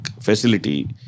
facility